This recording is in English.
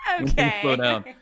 Okay